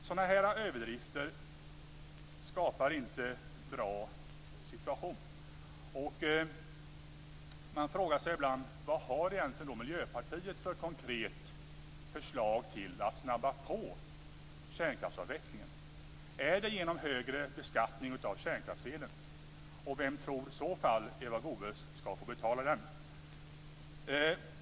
Sådana här överdrifter skapar ingen bra situation. Man frågar sig ibland vad Miljöpartiet egentligen har för konkret förslag för att snabba på kärnkraftsavvecklingen. Är det genom högre beskattning av kärnkraftselen? Vem tror Eva Goës i så fall skall få betala den?